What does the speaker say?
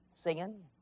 singing